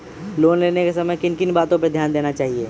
Loan लेने के समय किन किन वातो पर ध्यान देना चाहिए?